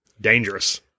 Dangerous